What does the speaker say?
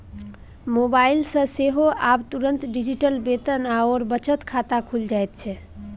mobile सँ सेहो आब तुरंत डिजिटल वेतन आओर बचत खाता खुलि जाइत छै